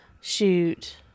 shoot